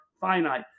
finite